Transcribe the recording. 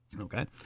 Okay